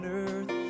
earth